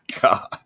God